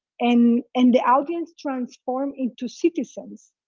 and and the audience transformed into citizens.